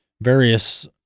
various